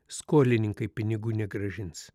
skolininkai pinigų negrąžins